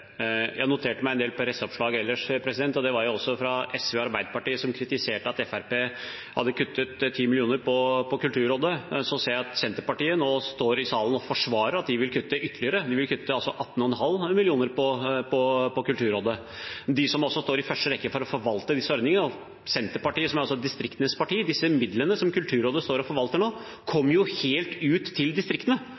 Jeg har notert meg en del presseoppslag ellers fra SV og Arbeiderpartiet, som kritiserte at Fremskrittspartiet hadde kuttet 10 mill. kr på Kulturrådet. Så ser jeg at Senterpartiet nå står i salen og forsvarer at de vil kutte ytterligere. De vil kutte 18,5 mill. kr på Kulturrådet, som altså står i første rekke for å forvalte disse ordningene – Senterpartiet, som altså er distriktenes parti. Disse midlene som Kulturrådet forvalter nå,